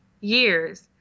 years